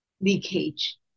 leakage